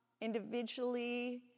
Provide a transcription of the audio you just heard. individually